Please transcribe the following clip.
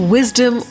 Wisdom